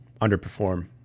underperform